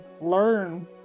learn